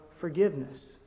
forgiveness